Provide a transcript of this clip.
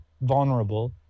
vulnerable